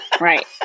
Right